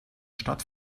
stadt